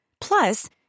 Plus